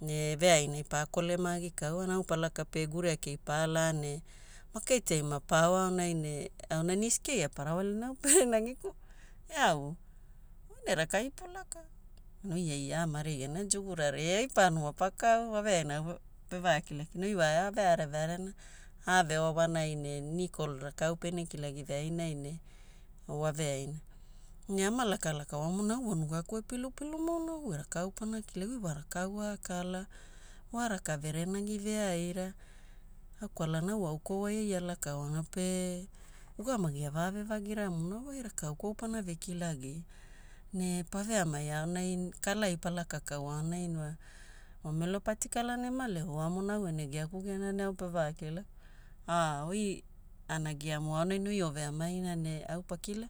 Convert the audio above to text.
ne veainai pakolema agikaua. Ne au lakapiai guria kei paalaa ne maketiai mapa ao aonai ne auna niece keia parawalia ne au perenagiku, eau oi ne rakai polaka? Oi ai amari gena tipuraria. Oi pano wapakau, waveaina au pe vakilaku. Na oi wa aveare vearena, aveoa wanai ne Nicole rakau pene kilagi veainai ne waveaina. Ne ama lakalaka oamona au pe nugaku epilupilu mona, au erakau pana kilagi?, oi wa rakau akala?, wa raka verenagi veaira? Kwalana au au kwauai ai alakaoana pe ugamagi avavevagira mona wa, oi e rakau pana ve kilagia. Ne paveamai aonai, kalai palakakau aonai wa wamelo patikalana ema leuoa mona au ene giaku gena ne au pevakilaku, a oi ana giamu aonai ne oi oveamaina. Ne au pakila